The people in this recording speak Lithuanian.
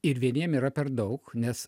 ir vieniem yra per daug nes